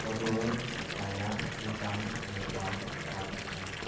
Portugal China Bhutan Nepal Pakistan